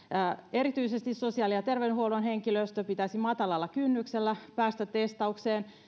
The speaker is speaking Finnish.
erityisesti sosiaali ja terveydenhuollon henkilöstön pitäisi matalalla kynnyksellä päästä testaukseen